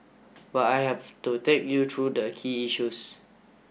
but I have to take you through the key issues